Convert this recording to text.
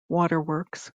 waterworks